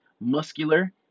muscular